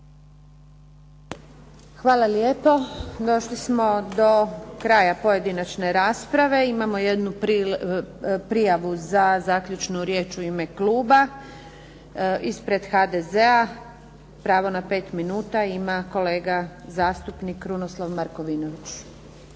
Hvala lijepo. Došli smo do kraja pojedinačne rasprave. Imamo jednu prijavu za zaključnu riječ u ime kluba. Ispred HDZ-a, pravo na 5 minuta ima kolega zastupnik Krunoslav Markovinović.